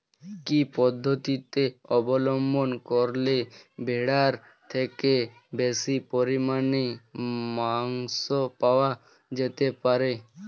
কি পদ্ধতিতে অবলম্বন করলে ভেড়ার থেকে বেশি পরিমাণে মাংস পাওয়া যেতে পারে?